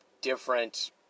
different